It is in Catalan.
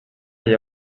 allà